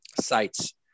sites